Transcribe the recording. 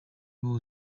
nabo